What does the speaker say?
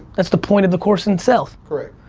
that's the point of the course in itself. correct.